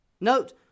Note